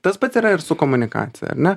tas pat yra ir su komunikacija ar ne